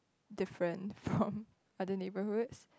different from other neighbourhoods